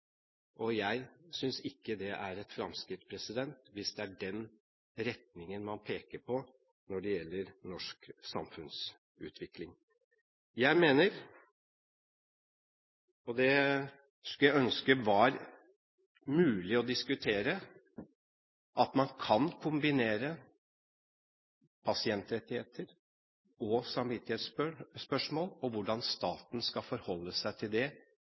Jeg synes ikke det er et fremskritt hvis det er den retningen man peker på når det gjelder norsk samfunnsutvikling. Jeg mener – og det skulle jeg ønske det var mulig å diskutere – at man kan kombinere pasientrettigheter og samvittighetsspørsmål og hvordan staten skal forholde seg til det,